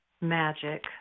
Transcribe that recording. magic